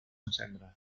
encendre